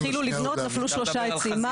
התחילו לבנות נפלו שלושה עצים.